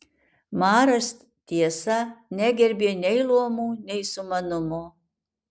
maras tiesa negerbė nei luomų nei sumanumo